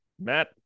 Matt